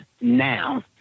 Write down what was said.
now